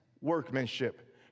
workmanship